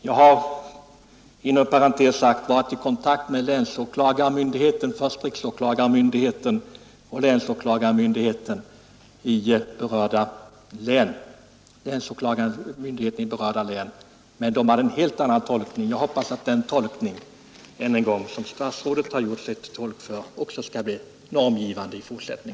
Jag har inom parentes sagt varit i kontakt med först riksåklagarmyndigheten och sedan länsåklagarmyndigheten i berörda län, men de hade en helt annan tolkning.